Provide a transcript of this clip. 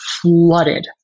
flooded